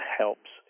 helps